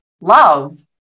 love